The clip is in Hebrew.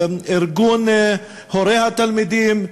ארגון הורי התלמידים,